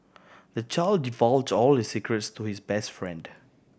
the child divulge all his secrets to his best friend